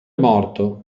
morto